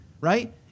right